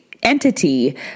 Entity